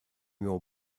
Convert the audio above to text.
your